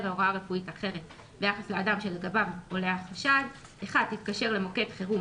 הוראה רפואית אחרת ביחס לאדם שלגביו עולה החשד: (1)תתקשר למוקד חירום,